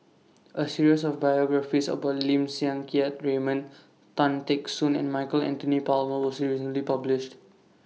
A series of biographies about Lim Siang Keat Raymond Tan Teck Soon and Michael Anthony Palmer was recently published